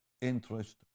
interest